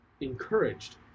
encouraged